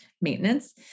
maintenance